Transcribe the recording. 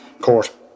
Court